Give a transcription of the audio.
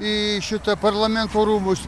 į šita parlamento rūmus